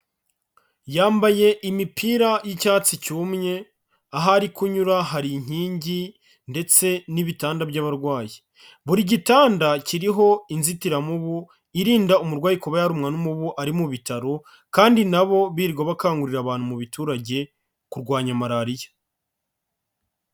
Yambaye imipira y'icyatsi cyumye, aho ari kunyura hari inkingi ndetse n'ibitanda by'abarwayi, buri gitanda kiriho inzitiramubu irinda umurwayi kuba yarumwa n'umubu ari mu bitaro kandi na bo birirwa bakangurira abantu mu biturage kurwanya Malariya.